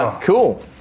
Cool